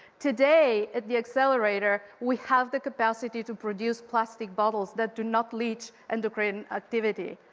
today, at the accelerator we have the capacity to produce plastic bottles that do not leach endocrine activity.